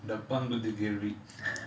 டப்பாங்குத்து கேள்வி:dappangkuthu kelvi